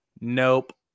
nope